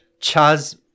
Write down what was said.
Chaz